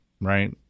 right